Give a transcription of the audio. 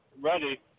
ready